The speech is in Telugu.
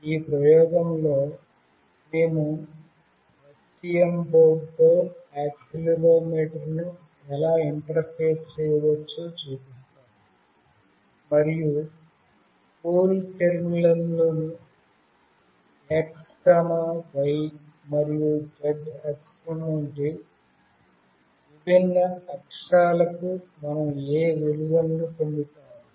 ఈ ప్రయోగంలో మేము STM బోర్డ్తో యాక్సిలెరోమీటర్ను ఎలా ఇంటర్ఫేస్ చేయవచ్చో చూపిస్తాను మరియు కూల్టెర్మ్లోని x y మరియు z అక్షం వంటి విభిన్న అక్షాలకు మనం ఏ విలువను పొందుతాము